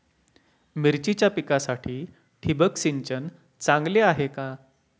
मिरचीच्या पिकासाठी ठिबक सिंचन चांगले आहे का?